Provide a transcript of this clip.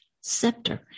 scepter